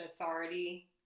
authority